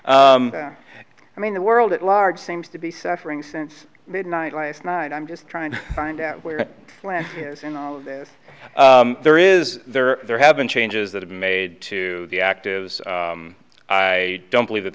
i mean the world at large seems to be suffering since midnight last night i'm just trying to find out where it is in all of this there is there are there have been changes that have made to the active i don't believe that